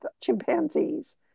chimpanzees